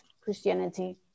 Christianity